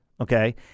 Okay